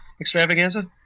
extravaganza